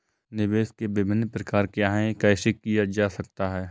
निवेश के विभिन्न प्रकार क्या हैं यह कैसे किया जा सकता है?